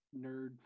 nerd